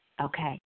Okay